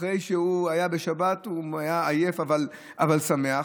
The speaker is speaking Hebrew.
אחרי שבת הוא היה עייף אבל שמח,